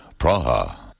Praha